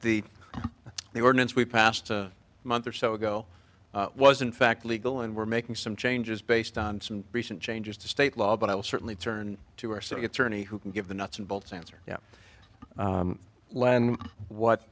the the ordinance we passed a month or so ago was in fact legal and we're making some changes based on some recent changes to state law but i will certainly turn to our so it's ernie who can give the nuts and bolts answer yeah len what